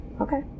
Okay